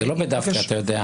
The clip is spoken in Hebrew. זה לא דווקא, אתה יודע.